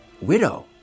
widow